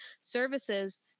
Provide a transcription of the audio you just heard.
services